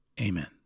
amen